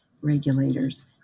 regulators